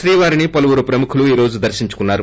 శ్రీవారిని పలువురు ప్రముఖులు ఈ రోజు దర్పించుకున్నారు